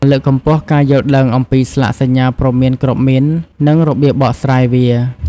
លើកកម្ពស់ការយល់ដឹងអំពីស្លាកសញ្ញាព្រមានគ្រាប់មីន និងរបៀបបកស្រាយវា។